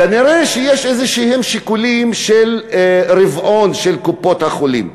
כנראה שיש איזשהם שיקולים של רבעון של קופות-החולים,